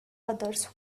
others